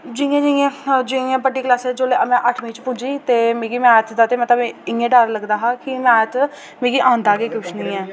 जि'यां जि'यां अ जि'यां बड्डी क्लॉसें ई जोल्लै में अठमीं च पुज्जी ते मिगी मैथ दा ते इ'यां डर लगदा हा की मैथ मिगी आंदा गै कुछ निं ऐ